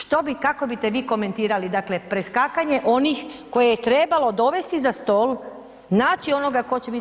Što bi, kako biste vi komentirali, dakle preskakanje onih koji je trebalo dovesti za stol, naći onoga tko će biti